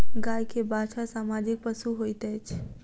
गाय के बाछा सामाजिक पशु होइत अछि